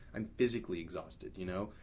i'm physically exhausted, you know,